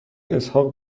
اسحاق